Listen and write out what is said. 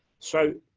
so,